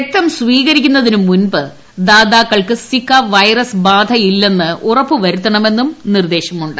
രക്തം സ്വീകരിക്കുന്നതിന് മുമ്പ് ദാതാക്കൾക്ക് സിക്ക വൈറസ് ബാധയില്ലെന്ന് ഉറപ്പ് വരുത്തണമെന്നും നിർദ്ദേശമുണ്ട്